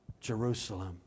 Jerusalem